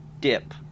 dip